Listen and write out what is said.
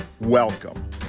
Welcome